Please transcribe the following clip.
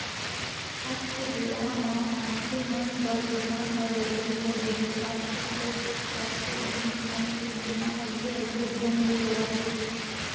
आज के बेरा म मनखे मन बर बीमा ह जरुरी होगे हे, आजकल तो कतको जिनिस मन के बीमा अलगे अलगे ढंग ले होवत हे